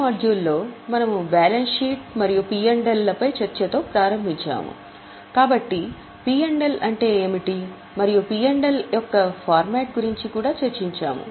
module 2 లో మనము balance sheet మరియు పి ఎల్ యొక్క ఫార్మాట్ గురించి కూడా చర్చించాము